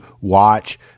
watch